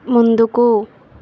ముందుకు